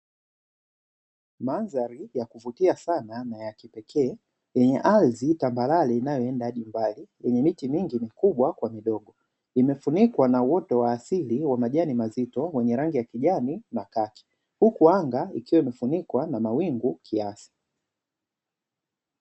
Mandhari ya kuvutia sana na ya kipekee yenye ardhi tambarale, inayoenda hadi mbali yenye miti mikubwa kwa midogo imefunikwa na uoto wa asili majani mazuri ya rangi ya kijani na kaki, huku anga ikiwa imefunikwa kwa mawingu kiasi.